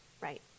right